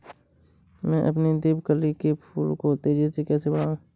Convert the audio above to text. मैं अपने देवकली के फूल को तेजी से कैसे बढाऊं?